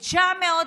900,